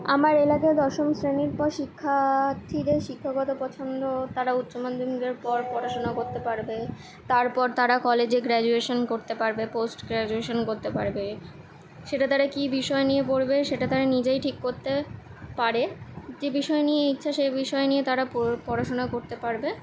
আমার এলাকায় দশম শ্রেণির পর শিক্ষার্থীদের শিক্ষাগত পছন্দ তারা উচ্চ মাধ্যমিকের পর পড়াশুনা করতে পারবে তারপর তারা কলেজে গ্রাজুয়েশান করতে পারবে পোস্ট গ্রাজুয়েশান করতে পারবে সেটা তারা কী বিষয় নিয়ে পড়বে সেটা তারা নিজেই ঠিক কোত্তে পারে যে বিষয় নিয়ে ইচ্ছা সে বিষয় নিয়ে তারা পড়াশুনা করতে পারবে